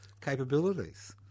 capabilities